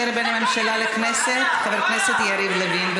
בין הממשלה לכנסת חבר הכנסת יריב לוין.